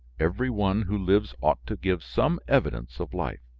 every one who lives ought to give some evidence of life,